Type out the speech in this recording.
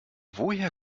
woher